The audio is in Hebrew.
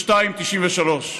1993,